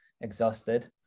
exhausted